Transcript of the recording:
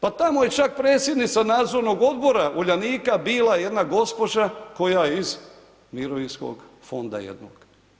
Pa tamo je čak predsjednica nadzornog odbora Uljanika bila jedna gospođa koja je iz mirovinskog fonda jednog.